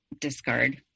discard